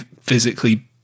physically